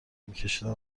میکشیدم